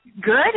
Good